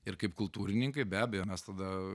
ir kaip kultūrininkai be abejo mes tada